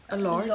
a lord